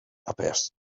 appeared